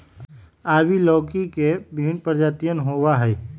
ivy लौकी के विभिन्न प्रजातियन होबा हई